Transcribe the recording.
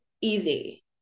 easy